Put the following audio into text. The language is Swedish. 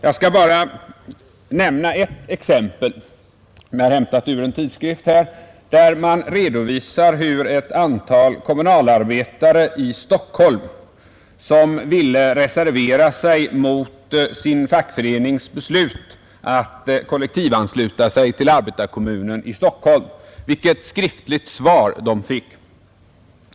Jag skall nu bara nämna ett exempei, som jag har hämtat ur en tidskrift, i vilken man redovisar vilket skriftligt svar ett antal kommunalarbetare fick, när de ville reservera sig mot sin fackförenings beslut att kollektivansluta medlemmarna till arbetarkommunen i Stockholm.